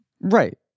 Right